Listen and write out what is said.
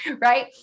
right